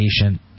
patient